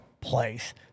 place